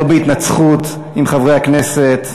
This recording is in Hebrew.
לא בהתנצחות עם חברי הכנסת.